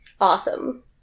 awesome